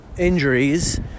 injuries